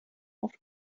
auf